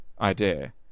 idea